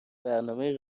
برنامهای